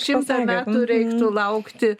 šimtą metų reiktų laukti